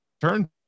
turn